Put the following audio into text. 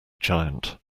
giant